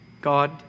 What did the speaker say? god